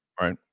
right